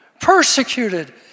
persecuted